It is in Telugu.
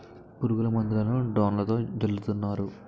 పురుగుల మందులను డ్రోన్లతో జల్లుతున్నారు